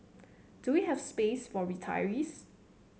do we have space for retirees